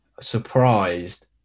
surprised